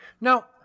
Now